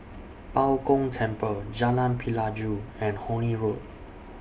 Bao Gong Temple Jalan Pelajau and Horne Road